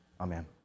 Amen